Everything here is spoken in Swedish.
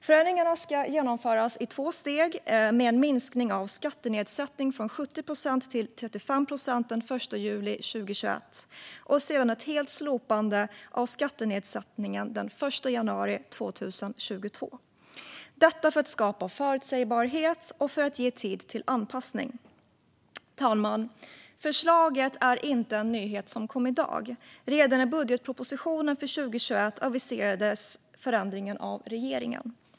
Förändringarna ska genomföras i två steg med en minskning av skattenedsättningen från 70 procent till 35 procent den 1 juli 2021 och sedan ett helt slopande av skattenedsättningen den 1 januari 2022 - detta för att skapa förutsägbarhet och för att ge tid till anpassning. Fru talman! Förslaget är inte en nyhet som kom i dag. Redan i budgetpropositionen för 2021 aviserades förändringen av regeringen.